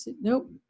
Nope